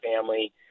family